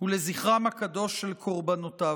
ולזכרם הקדוש של קורבנותיו.